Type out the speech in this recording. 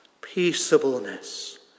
peaceableness